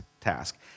task